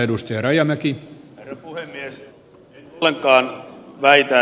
en ollenkaan väitä että ed